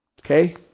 Okay